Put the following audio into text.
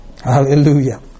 hallelujah